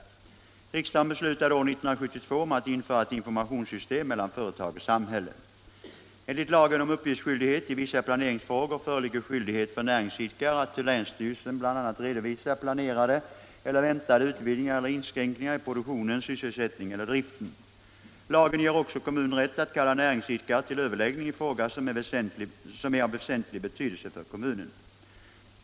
Riksdagen beslutade år 1972 om att införa ett informationssystem mellan företag och samhälle. Enligt lagen om uppgiftsskyldighet i vissa planeringsfrågor föreligger skyldighet för näringsidkare att till länsstyrelsen bl.a. redovisa planerade eller väntade utvidgningar eller inskränkningar i produktionen, sysselsättningen eller driften. Lagen ger också kommun rätt att kalla näringsidkare till överläggning i fråga som är av väsentlig betydelse för kommunen.